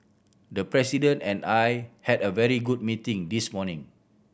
the President and I had a very good meeting this morning